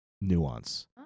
nuance